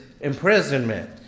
imprisonment